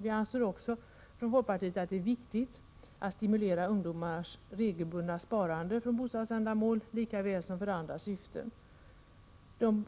Vi anser också från folkpartiet att det är viktigt att stimulera ungdomars regelbundna sparande för bostadsändamål lika väl som för andra syften.